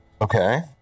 Okay